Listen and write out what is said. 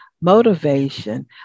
motivation